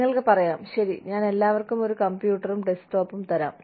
നിങ്ങൾക്ക് പറയാം ശരി ഞാൻ എല്ലാവർക്കും ഒരു കമ്പ്യൂട്ടറും ഡെസ്ക്ടോപ്പും തരാം